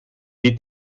geht